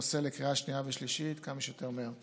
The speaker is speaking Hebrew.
הנושא לקריאה שנייה ושלישית כמה שיותר מהר.